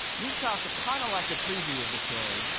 newscasts are kind of like a preview of the story,